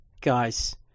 Guys